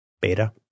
beta